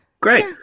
Great